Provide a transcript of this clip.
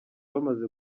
bamaze